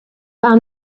found